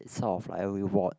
sort of like a reward